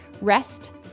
Rest